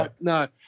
No